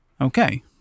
Okay